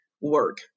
work